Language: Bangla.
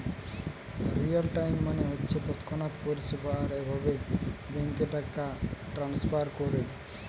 রিয়েল টাইম মানে হচ্ছে তৎক্ষণাৎ পরিষেবা আর এভাবে ব্যাংকে টাকা ট্রাস্নফার কোরে